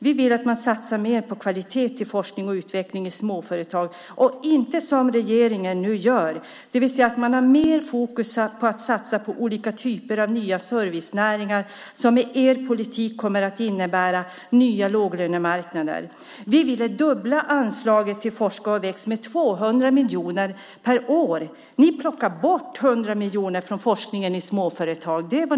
Vi vill att man satsar mer på kvalitet i forskning och utveckling i småföretag och inte gör som regeringen nu gör, nämligen har mer fokus på att satsa på olika typer av nya servicenäringar som i er politik kommer att innebära nya låglönemarknader. Vi ville dubbla anslaget till Forska och väx till 200 miljoner per år, men ni plockar bort 100 miljoner från forskningen i småföretag.